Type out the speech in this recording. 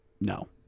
No